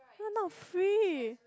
not free